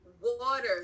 water